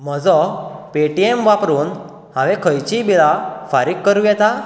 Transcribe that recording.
म्हजो पेटीएम वापरून हांवें खंयचीय बिलां फारीक करूं येता